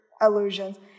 illusions